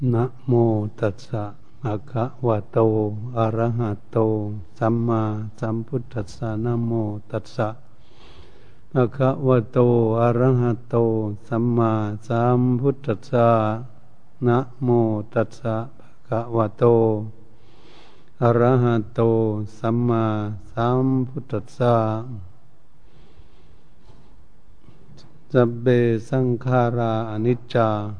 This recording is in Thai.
นะโมตัสสะ ภะคะวะโต อะระหะโต สัมมาสัมพุทธัสสะ นะโมตัสสะ ภะคะวะโต อะระหะโต สัมมาสัมพุทธัสสะ นะโมตัสสะ ภะคะวะโต อะระหะโต สัมมาสัมพุทธัสสะ สัพเพ สังขารา อนิจจา